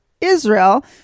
Israel